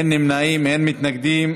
אין נמנעים, אין מתנגדים.